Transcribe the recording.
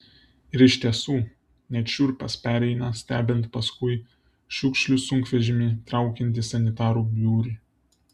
ir iš tiesų net šiurpas pereina stebint paskui šiukšlių sunkvežimį traukiantį sanitarų būrį